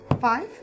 Five